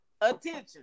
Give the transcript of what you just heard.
Attention